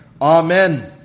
Amen